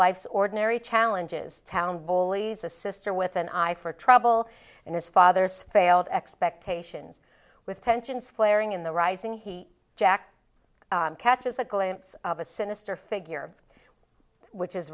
life's ordinary challenges town bullies a sister with an eye for trouble in his father's failed expectations with tensions flaring in the rising he jack catches a glimpse of a sinister figure which is